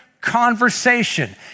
conversation